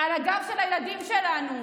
על הגב של הילדים שלנו.